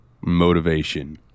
motivation